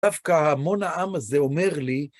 דווקא המון העם הזה אומר לי